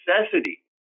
necessity